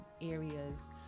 areas